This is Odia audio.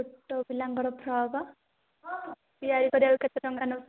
ଛୋଟ ପିଲାଙ୍କର ଫ୍ରକ୍ ତିଆରି କରିବାକୁ କେତେ ଟଙ୍କା ନେଉଛନ୍ତି